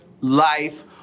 life